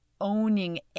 owning